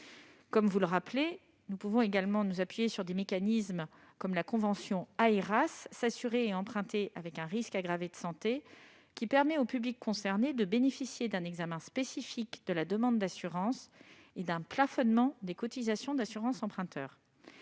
comme vous le rappelez, des mécanismes existent, tels que la convention Aeras- s'assurer et emprunter avec un risque aggravé de santé -, qui permet aux publics concernés de bénéficier d'un examen spécifique de la demande d'assurance et d'un plafonnement des cotisations d'assurance emprunteur.